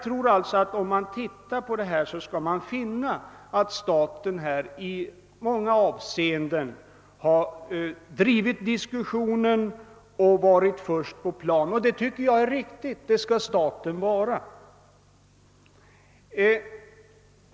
Om man undersöker detta närmare skall man finna att staten i många avseenden har drivit på diskussionen och varit först på plan. Och det är riktigt, det skall staten vara.